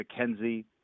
McKenzie